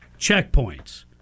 checkpoints